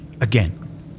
Again